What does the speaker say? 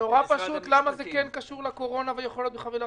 נורא פשוט למה זה כן קשור לקורונה וכן יכול להיות בחבילת